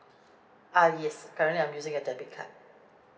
uh yes currently I'm using a debit card